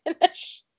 finish